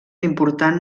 important